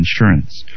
insurance